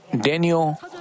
Daniel